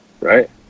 right